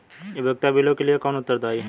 उपयोगिता बिलों के लिए कौन उत्तरदायी है?